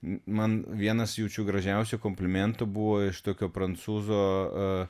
man vienas jaučiu gražiausių komplimentų buvo iš tokio prancūzoa